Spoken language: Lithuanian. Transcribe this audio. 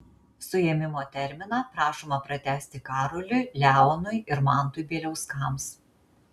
suėmimo terminą prašoma pratęsti karoliui leonui ir mantui bieliauskams